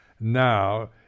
now